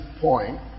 point